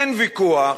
אין ויכוח